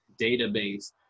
database